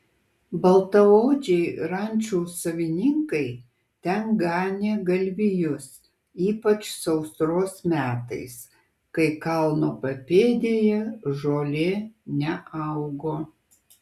baltaodžiai rančų savininkai ten ganė galvijus ypač sausros metais kai kalno papėdėje žolė neaugo